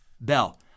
bell